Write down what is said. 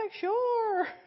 sure